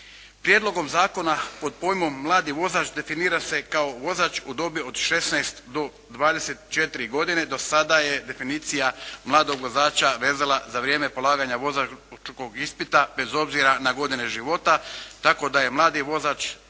Prijedlogom zakona pod pojmom mladi vozač definira se kao vozač u dobi od 16 do 24 godine. Do sada je definicija mladog vozača vezala za vrijeme polaganja vozačkog ispita bez obzira na godine života, tako da je mladi vozač